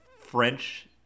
French